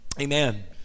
Amen